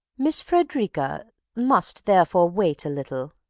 miss frederica must therefore wait a little.